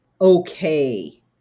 okay